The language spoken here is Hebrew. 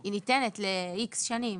היא ניתנת ל-X שנים.